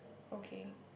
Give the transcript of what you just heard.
okay